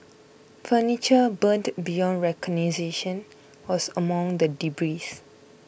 furniture burned beyond recognition was among the debris